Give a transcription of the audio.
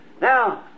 Now